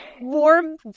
warm